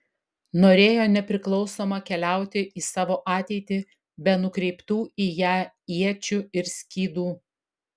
norėjo nepriklausoma keliauti į savo ateitį be nukreiptų į ją iečių ir skydų